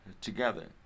together